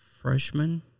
freshman